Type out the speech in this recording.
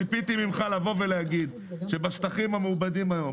ציפיתי ממך להגיד שבשטחים המעובדים היום